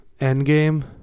Endgame